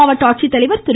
மாவட்ட ஆட்சித்தலைவர் திரு